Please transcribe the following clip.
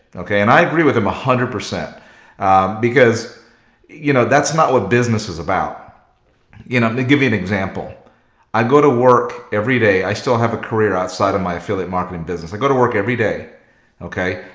okay, and i agree with him a hundred percent because you know, that's not what business is about you know, they give you an example i go to work every day. i still have a career outside of my affiliate marketing business i go to work every day okay,